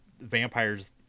vampires